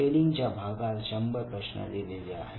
spelling च्या भागात 100 प्रश्न दिलेले आहेत